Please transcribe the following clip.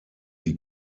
die